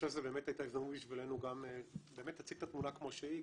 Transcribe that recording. באמת הייתה הזדמנות בשבילנו גם להציג את התמונה כמו שהיא,